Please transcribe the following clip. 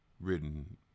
written